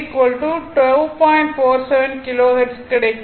475 kilohertz கிடைக்கும்